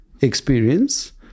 experience